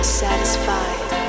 satisfied